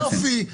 יופי,